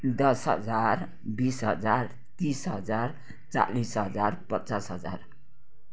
दस हजार बिस हजार तिस हजार चालिस हजार पचास हजार